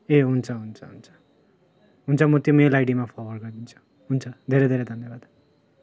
ए हुन्छ हुन्छ हुन्छ हुन्छ म त्यो मेल आइडीमा फर्वर्ड गरिदिन्छु हुन्छ धेरै धेरै धन्यवाद